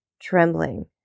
trembling